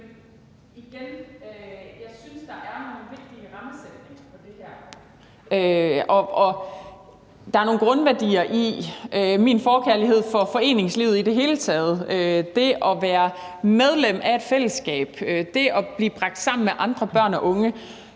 jeg sige, at jeg synes, at der er nogle vigtige rammesætninger for det her, og der er nogle grundværdier i min forkærlighed for foreningslivet i det hele taget – det at være medlem af et fællesskab, det at blive bragt sammen med andre børn og unge